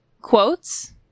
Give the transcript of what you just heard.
quotes